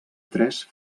tres